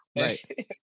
Right